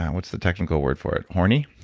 what's the technical word for it, horny?